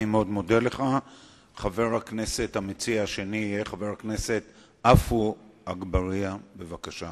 חבר הכנסת עפו אגבאריה, בבקשה.